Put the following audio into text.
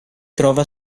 trova